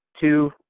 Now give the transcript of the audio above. Two